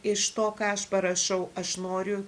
iš to ką aš parašau aš noriu